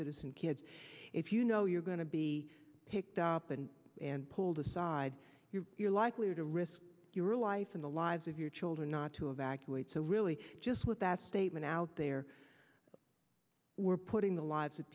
citizen kids if you know you're going to be picked up and and pulled aside you're likely to risk your life and the lives of your children not to evacuate so really just with that statement out there we're putting the lives of